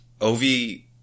Ovi